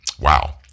Wow